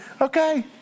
okay